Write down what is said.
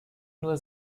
nur